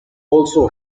also